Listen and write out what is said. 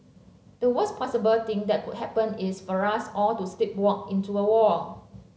the worst possible thing that could happen is for us all to sleepwalk into a war